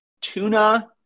tuna